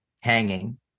hanging